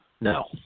No